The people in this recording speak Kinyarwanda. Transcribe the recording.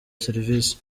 serivisi